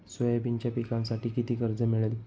सोयाबीनच्या पिकांसाठी किती कर्ज मिळेल?